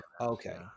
Okay